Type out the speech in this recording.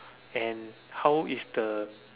and how is the